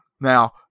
Now